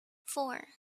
four